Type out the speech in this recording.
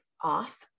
off